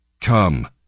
Come